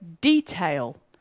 detail